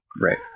Right